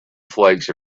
flakes